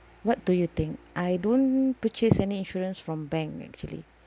what do you think I don't purchase any insurance from bank actually